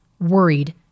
worried